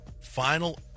final